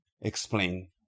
explain